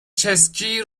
چسکی